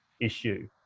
issue